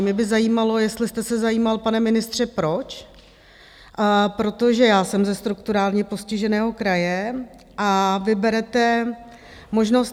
Mě by zajímalo, jestli jste se zajímal, pane ministře, proč protože já jsem ze strukturálně postiženého kraje a vy berete možnost...